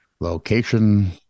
Location